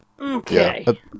Okay